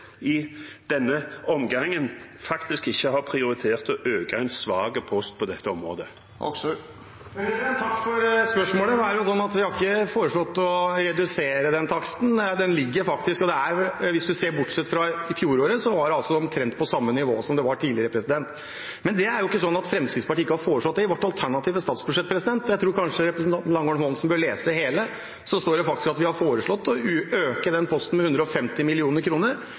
i denne omgangen faktisk ikke har prioritert å øke en svak post på dette området. Takk for spørsmålet. Vi har ikke foreslått å redusere den posten. Den ligger der faktisk, og hvis man ser bort fra fjoråret, er den omtrent på samme nivå som tidligere. Men det er ikke sånn at Fremskrittspartiet ikke har foreslått det. I vårt alternative statsbudsjett – jeg tror kanskje representanten Langholm Hansen bør lese hele – står det faktisk at vi har foreslått å øke den posten med 150